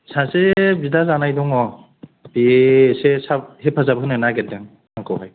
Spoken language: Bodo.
सासे बिदा जानाय दङ बेयो एसे हेफाजाब होनो नागिरदों आंखौहाय